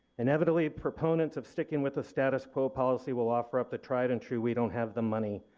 inevitably proponents of sticking with the status quo policy will offer up the tried-and-true we don't have the money.